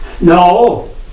No